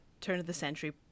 turn-of-the-century